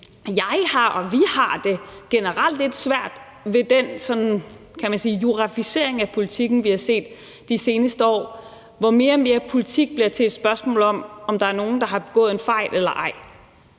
Men jeg og vi har det generelt lidt svært ved den juraficering, kan man sige, af politikken, som vi har set de seneste år, hvor mere og mere politik bliver til et spørgsmål om, om der er nogen, der har begået en fejl eller ej.